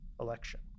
election